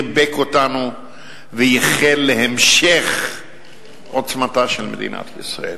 חיבק אותנו וייחל להמשך עוצמתה של מדינת ישראל.